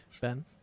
Ben